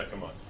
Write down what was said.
come on.